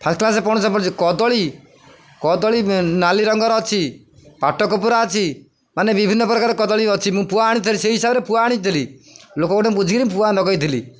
first କ୍ଲାସରେ ପହଞ୍ଚି ସେ ପୁଚ କଦଳୀ କଦଳୀ ନାଲି ରଙ୍ଗର ଅଛି ପାଟ କପୁରା ଅଛି ମାନେ ବିଭିନ୍ନ ପ୍ରକାର କଦଳୀ ଅଛି ମୁଁ ପୁଆ ଆଣିଥିଲି ସେଇ ହିସାବରେ ପୁଆ ଆଣିଥିଲି ଲୋକ ଗୋଟେ ବୁଝିକି ମୁଁ ପୁଆ ଲଗାଇଥିଲି